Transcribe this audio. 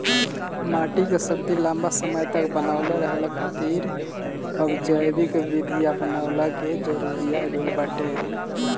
माटी के शक्ति लंबा समय तक बनवले रहला खातिर अब जैविक विधि अपनऊला के जरुरत आ गईल बाटे